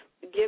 give